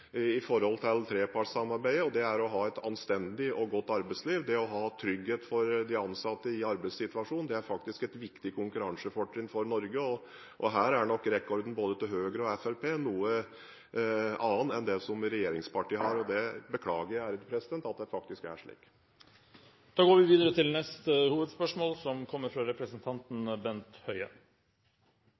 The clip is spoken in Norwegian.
trepartssamarbeidet. Det er å ha et anstendig og godt arbeidsliv – å ha trygghet for de ansatte i arbeidssituasjonen. Det er faktisk et viktig konkurransefortrinn for Norge. Her er nok rekorden til både Høyre og Fremskrittspartiet en noe annen enn den regjeringspartiene har. Jeg beklager at det faktisk er slik. Vi går videre til neste hovedspørsmål – fra representanten Bent Høie.